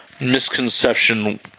misconception